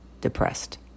depressed